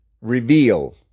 reveal